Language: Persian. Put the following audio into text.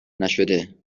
نشده